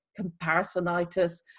comparisonitis